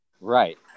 Right